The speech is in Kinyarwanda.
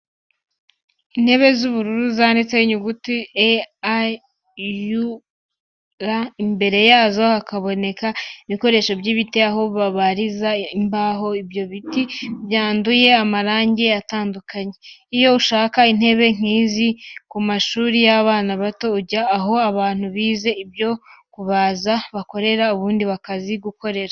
Intebe z’ubururu zanditseho inyuguti E.A.U.R, imbere yazo hakaboneka ibikoresho by’ibiti, aho babariza imbaho, ibyo biti byanduye amarangi atandukanye. Iyo ushaka intebe nkizi ku ma shuri y'abana bato, ujya aho abantu bize ibyo kubaza bakorera ubundi bakazigukorera.